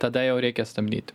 tada jau reikia stabdyti